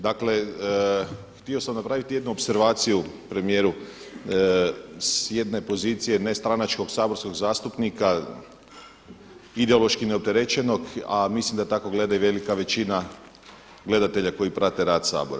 Dakle htio sam napraviti jednu opservaciju premijeru s jedne pozicije ne stranačkog saborskog zastupnika, ideološki neopterećenog, a mislim da tako gleda i velika većina gledatelja koji prate rad Sabora.